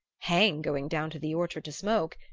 hang going down to the orchard to smoke!